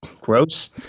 gross